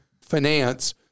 finance